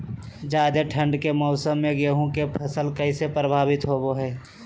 ज्यादा ठंड के मौसम में गेहूं के फसल कैसे प्रभावित होबो हय?